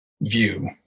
view